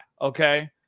okay